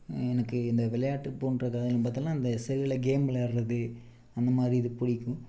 எனக்கு இந்த விளையாட்டு போன்ற இதில் அதலாம் பார்த்திங்கனா செல்லில் கேம் விளையாடுறது அந்தமாதிரி இது பிடிக்கும்